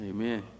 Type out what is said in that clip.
Amen